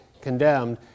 condemned